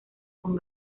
con